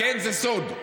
כן, זה סוד.